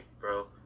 bro